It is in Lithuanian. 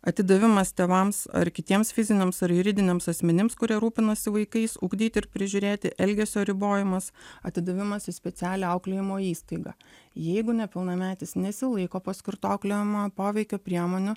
atidavimas tėvams ar kitiems fiziniams ar juridiniams asmenims kurie rūpinasi vaikais ugdyti ir prižiūrėti elgesio ribojimas atidavimas į specialią auklėjimo įstaigą jeigu nepilnametis nesilaiko paskirto auklėjamojo poveikio priemonių